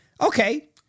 okay